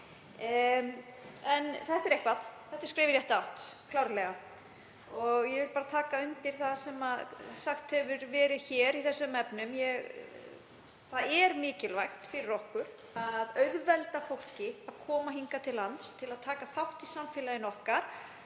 sjá það hér fyrr, en þetta er skref í rétta átt, klárlega. Ég vil bara taka undir það sem sagt hefur verið hér í þessum efnum. Það er mikilvægt fyrir okkur að auðvelda fólki að koma hingað til lands til að taka þátt í samfélaginu okkar